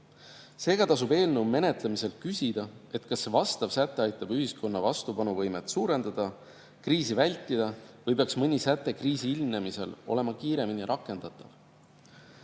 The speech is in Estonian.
Seega tasub eelnõu menetlemisel küsida, kas vastav säte aitab ühiskonna vastupanuvõimet suurendada, kriisi vältida või peaks mõni säte kriisi ilmnemisel olema kiiremini rakendatav.